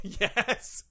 Yes